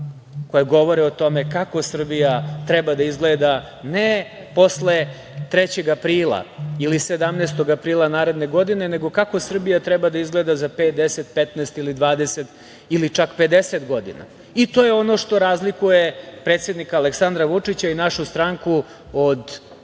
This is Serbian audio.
koje govore o tome kako Srbija treba da izgleda, ne posle 3. aprila ili 17. aprila naredne godine, nego kako Srbija treba da izgleda za 5, 10, 15 ili 20 ili čak 50 godina. To je ono što razlikuje predsednika Aleksandra Vučića i našu stranku od drugih,